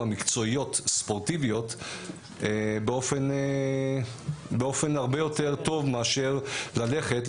מקצועיות ספורטיביות באופן הרבה יותר טוב מאשר ללכת,